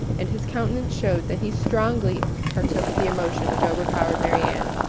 and his countenance shewed that he strongly partook of the emotion which over-powered marianne.